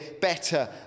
better